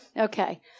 Okay